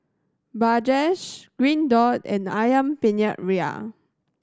Bajaj Green Dot and Ayam Penyet Ria